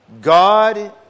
God